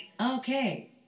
okay